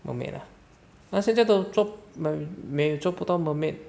mermaid ah 那现在都做没有做不到 mermaid